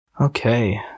Okay